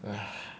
ah